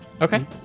Okay